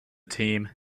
team